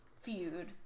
feud